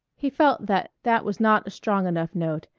he felt that that was not a strong enough note,